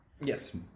Yes